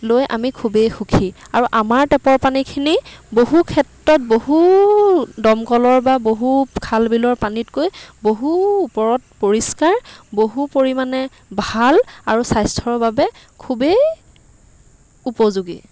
লৈ আমি খুবেই সুখী আৰু আমাৰ টেপৰ পানীখিনি বহু ক্ষেত্ৰত বহু দমকলৰ বা বহু খাল বিলৰ পানীতকৈ বহু ওপৰত পৰিষ্কাৰ বহু পৰিমাণে ভাল আৰু স্বাস্থ্যৰ বাবে খুবেই উপযোগী